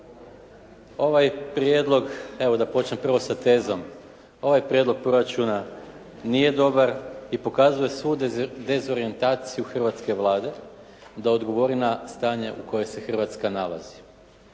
Ovaj prijedlog, evo da počnem prvo sa tezom, ovaj prijedlog proračuna nije dobar i pokazuje svu dezorijentaciju hrvatske Vlade da odgovori na stanje u kojem se Hrvatska nalazi.